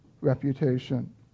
reputation